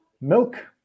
Milk